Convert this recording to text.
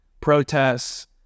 Protests